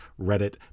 Reddit